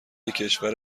کشور